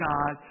God